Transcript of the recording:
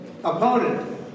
Opponent